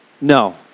No